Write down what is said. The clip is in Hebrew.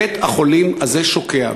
ובית-החולים הזה שוקע.